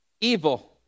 evil